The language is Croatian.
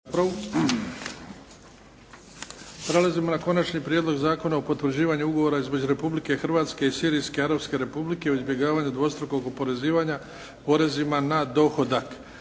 Prelazimo na - Konačni prijedlog Zakona o potvrđivanju Ugovora između Republike Hrvatske i Sirijske Arapske Republike u izbjegavanju dvostrukog oporezivanja porezima na dohodak,